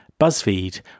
BuzzFeed